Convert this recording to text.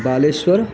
बालेश्वरः